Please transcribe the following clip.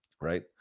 right